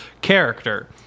character